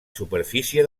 superfície